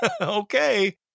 Okay